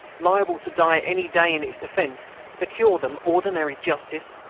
liable to die any day in its defence, secure them ordinary justice?